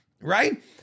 right